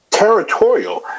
territorial